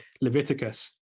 leviticus